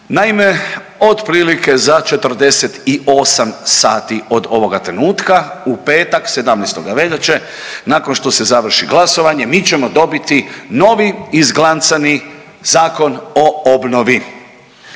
Naime, otprilike za 48 sati od ovoga trenutka u petak 17. veljače nakon što se završi glasovanje mi ćemo dobiti novi izglancani Zakon o obnovi.